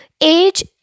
age